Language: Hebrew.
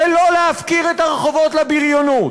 ולא להפקיר את הרחובות לבריונות,